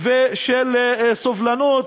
ושל סובלנות.